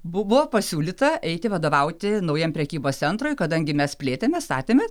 buvo pasiūlyta eiti vadovauti naujam prekybos centrui kadangi mes plėtėmės statėmės